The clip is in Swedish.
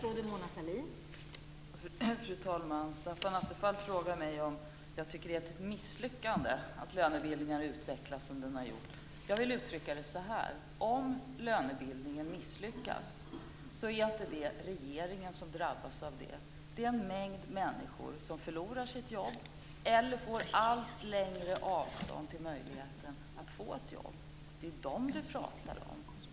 Fru talman! Stefan Attefall frågar mig om jag tycker att det är ett misslyckande att lönebildningen har utvecklats som den har gjort. Jag vill uttrycka det så här: Om lönebildningen misslyckas är det inte regeringen som drabbas av det. Det är en mängd människor som förlorar sitt jobb eller får allt längre avstånd till möjligheten att få ett jobb. Det är de Stefan Attefall talar om.